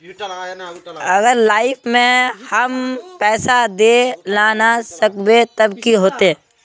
अगर लाइफ में हम पैसा दे ला ना सकबे तब की होते?